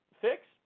fix